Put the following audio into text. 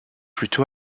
plutôt